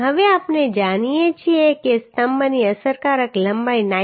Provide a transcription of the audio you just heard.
હવે આપણે જાણીએ છીએ કે સ્તંભની અસરકારક લંબાઈ 9